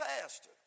pastor